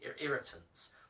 irritants